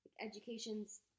educations